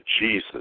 Jesus